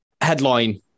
headline